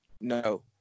No